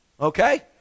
Okay